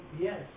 yes